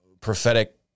prophetic